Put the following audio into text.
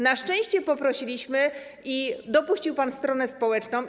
Na szczęście poprosiliśmy i dopuścił pan do głosu stronę społeczną.